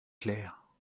claire